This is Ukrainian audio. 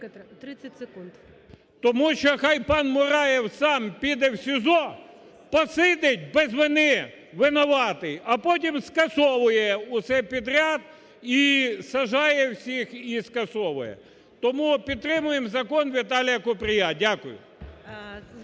Тому що хай пан Мураєв сам піде в СІЗО, посидить без вини винуватий, а потім скасовує усе підряд і саджає всіх, і скасовує. Тому підтримуєм закон Віталія Купрія. Дякую.